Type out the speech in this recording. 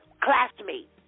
classmate